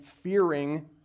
fearing